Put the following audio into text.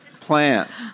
plants